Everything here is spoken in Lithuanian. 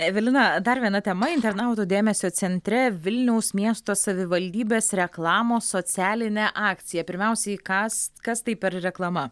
evelina dar viena tema internautų dėmesio centre vilniaus miesto savivaldybės reklamos socialinė akcija pirmiausia į kas kas tai per reklama